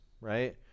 Right